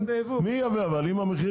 מי ייבא אבל?